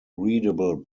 readable